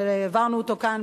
שהעברנו אותו כאן,